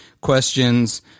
questions